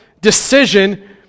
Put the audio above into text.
decision